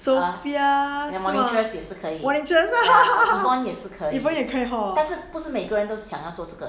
sophia monitress yvonne 也可以 hor